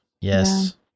Yes